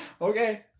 okay